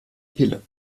pille